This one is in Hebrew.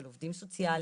של עובדים סוציאליים,